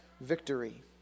victory